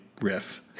riff